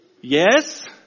Yes